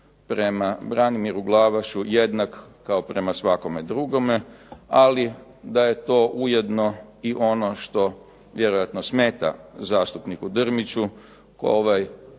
prema Branimiru Glavašu jednak kao prema svakome drugome ali da je to ujedno i ono što vjerojatno smeta zastupniku Drmiću.